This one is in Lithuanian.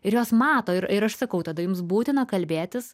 ir jos mato ir ir aš sakau tada jums būtina kalbėtis